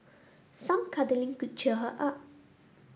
some cuddling could cheer her up